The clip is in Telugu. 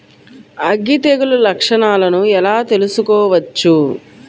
అగ్గి తెగులు లక్షణాలను ఎలా తెలుసుకోవచ్చు?